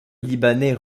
libanais